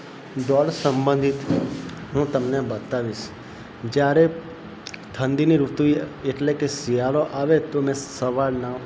દોડ સંબંધિત હું તમને બતાવીશ જ્યારે ઠંડીની ઋતુ એટલે કે શિયાળો આવે તો મેં સવારના